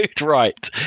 right